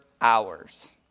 hours